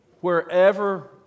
wherever